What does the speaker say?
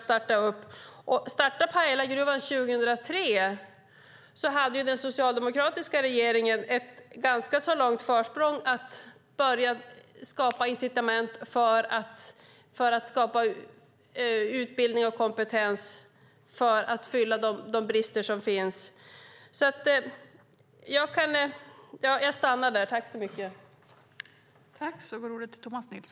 Startade man Pajalagruvan 2003 hade den socialdemokratiska regeringen ett ganska långt försprång när det gäller att skapa incitament att förbättra utbildningen och kompetensen för att åtgärda de brister som finns.